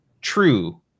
true